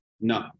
No